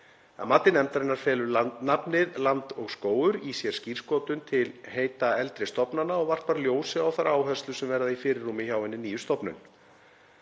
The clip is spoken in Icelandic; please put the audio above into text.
Að mati nefndarinnar felur nafnið Land og skógur í sér skírskotun til heita eldri stofnana og varpar ljósi á þær áherslur sem verða í fyrirrúmi hjá hinni nýju stofnun.